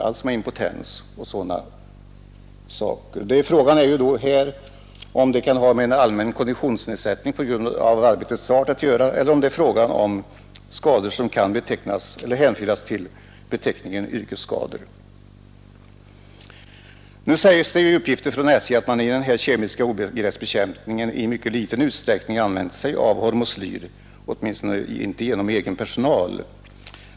Frågan är om besvären kan ha att göra med en allmän konditionsnedsättning på grund av arbetets art eller om det är fråga om skador som kan betecknas såsom yrkesskador. Nu sägs det ju i uppgifter från SJ att man vid den kemiska ogräsbekämpningen i mycket liten utsträckning använt sig av hormoslyr, åtminstone med egen personal.